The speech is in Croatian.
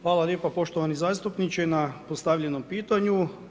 Hvala lijepa poštovani zastupniče na postavljenom pitanju.